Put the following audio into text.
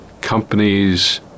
companies